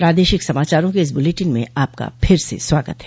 प्रादेशिक समाचारों के इस बुलेटिन में आपका फिर से स्वागत है